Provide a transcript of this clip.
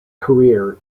career